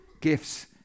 gifts